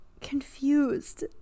confused